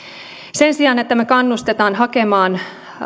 sen sijaan että me kannustamme hakemaan